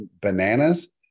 bananas